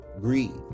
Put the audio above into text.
greed